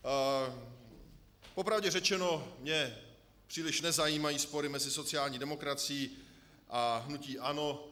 Po pravdě řečeno mě příliš nezajímají spory mezi sociální demokracií a hnutím ANO.